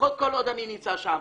לפחות כל עוד אני נמצא שם.